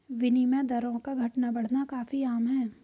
विनिमय दरों का घटना बढ़ना काफी आम है